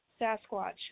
Sasquatch